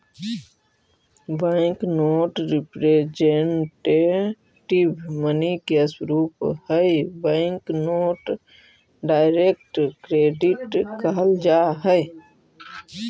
bank note representative money के स्वरूप हई बैंक नोट डायरेक्ट क्रेडिट कहल जा हई